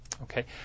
Okay